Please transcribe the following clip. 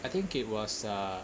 I think it was uh